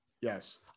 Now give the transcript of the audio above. Yes